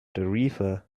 tarifa